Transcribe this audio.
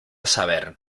saber